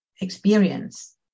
experience